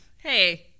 Hey